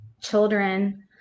children